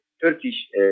Turkish